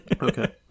Okay